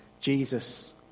Jesus